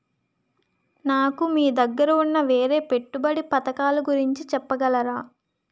నాకు మీ దగ్గర ఉన్న వేరే పెట్టుబడి పథకాలుగురించి చెప్పగలరా?